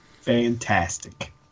Fantastic